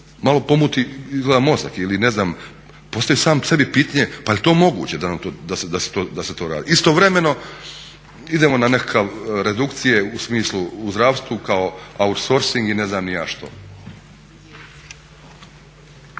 mao pomuti izgleda mozak ili ne znam, postavlja sam sebi pitanje pa jel to moguće da se to radi. Istovremeno idemo na nekakve redukcije u smislu u zdravstvu kao outsourcing i ne znam ni ja što.